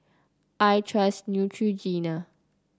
I trust Neutrogena